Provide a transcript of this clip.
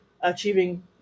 achieving